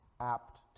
apt